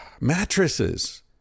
Mattresses